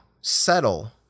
settle